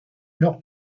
leur